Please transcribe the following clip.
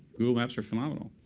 google maps are phenomenal.